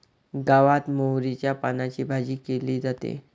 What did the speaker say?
गावात मोहरीच्या पानांची भाजी केली जाते